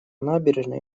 набережной